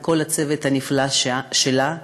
עם כל הצוות הנפלא שלה.